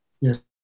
Yes